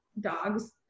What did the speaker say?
dogs